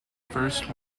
first